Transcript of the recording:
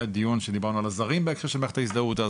היה דיון שדיברנו על עזרים בהקשר של מערכת ההזדהות.